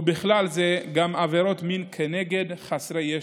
ובכלל זה עבירות מין כנגד חסרי ישע.